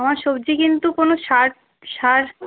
আমার সবজি কিন্তু কোনো সার সার